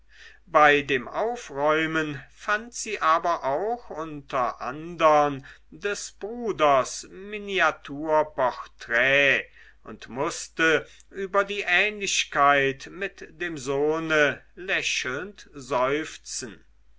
bei dem aufräumen fand sie aber auch unter andern des bruders miniaturporträt und mußte über die ähnlichkeit mit dem sohne lächelnd seufzen